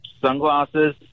sunglasses